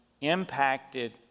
impacted